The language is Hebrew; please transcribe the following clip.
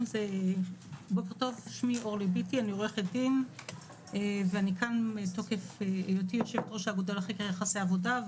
אני עורכת דין ואני כאן מתוקף היותי יושבת-ראש האגודה לחקר יחסי עבודה.